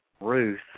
Ruth